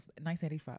1985